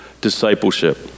discipleship